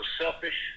selfish